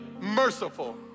merciful